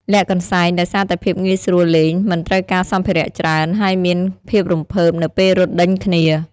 លាក់កន្សែង ដោយសារតែភាពងាយស្រួលលេង មិនត្រូវការសម្ភារៈច្រើន ហើយមានភាពរំភើបនៅពេលរត់ដេញគ្នា ។